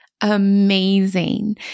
Amazing